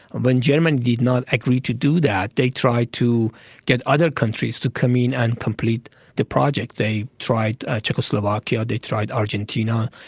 when germany did not agree to do that, they tried to get other countries to come in and complete the project. they tried czechoslovakia, they tried argentina,